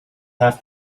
have